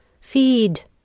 Feed